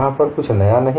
यह कुछ नया नहीं